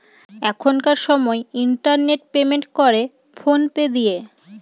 এখনকার সময় internet payment করে ফোন পে দিয়ে